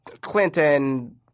Clinton